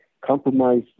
compromise